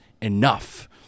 enough